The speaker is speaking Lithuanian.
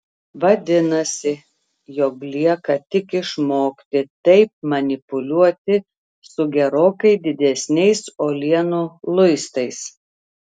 vadinasi jog lieka tik išmokti taip manipuliuoti su gerokai didesniais uolienų luistais